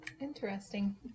Interesting